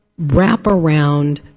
wraparound